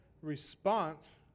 response